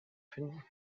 finden